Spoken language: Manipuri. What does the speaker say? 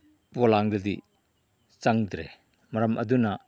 ꯄꯣꯂꯥꯡꯗꯗꯤ ꯆꯪꯗ꯭ꯔꯦ ꯃꯔꯝ ꯑꯗꯨꯅ